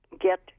get